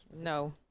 No